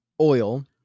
oil